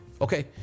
okay